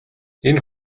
энэ